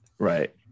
Right